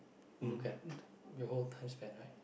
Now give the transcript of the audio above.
you look at the your whole time span right